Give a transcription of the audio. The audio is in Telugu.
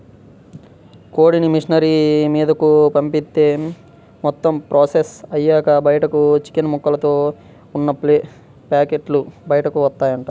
కోడిని మిషనరీ మీదకు పంపిత్తే మొత్తం ప్రాసెస్ అయ్యాక బయటకు చికెన్ ముక్కలతో ఉన్న పేకెట్లు బయటకు వత్తాయంట